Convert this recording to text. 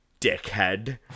dickhead